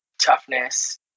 toughness